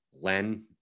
Len